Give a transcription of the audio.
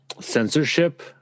censorship